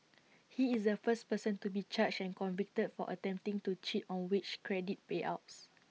he is the first person to be charged and convicted for attempting to cheat on wage credit payouts